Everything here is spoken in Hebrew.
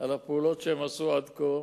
על הפעולות שהיא עשתה עד כה,